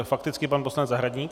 Fakticky pan poslanec Zahradník.